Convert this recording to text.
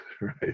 right